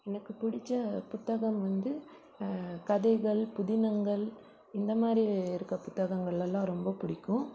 எனக்கு பிடிச்ச புத்தகம் வந்து கதைகள் புதினங்கள் இந்த மாதிரி இருக்க புத்தகங்களெல்லாம் ரொம்ப பிடிக்கும்